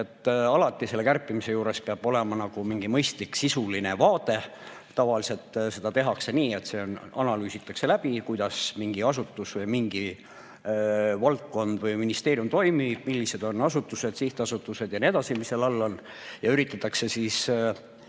ei ole. Kärpimise juures peab alati olema mingi mõistlik sisuline vaade. Tavaliselt seda tehakse nii, et analüüsitakse, kuidas mingi asutus või mingi valdkond või ministeerium toimib, millised on asutused, sihtasutused ja nii edasi selle all ja üritatakse